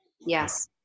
Yes